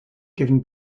given